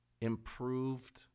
improved